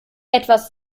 etwas